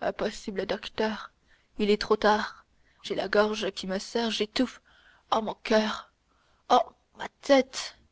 impossible docteur il est trop tard j'ai la gorge qui se serre j'étouffe oh mon coeur oh ma tête